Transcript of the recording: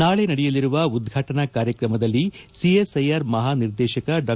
ನಾಳೆ ನಡೆಯಲಿರುವ ಉದ್ದಾಟನಾ ಕಾರ್ಯಕ್ರಮದಲ್ಲಿ ಸಿಎಸ್ಐಆರ್ ಮಹಾ ನಿರ್ದೇಶಕ ಡಾ